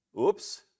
Oops